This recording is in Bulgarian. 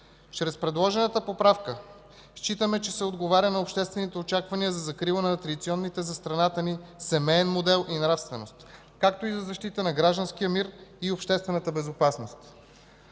Чрез предложената поправка считаме, че се отговаря на обществените очаквания за закрила на традиционните за страната ни семеен модел и нравственост, както и за защита на гражданския мир и обществената безопасност.